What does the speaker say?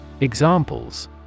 Examples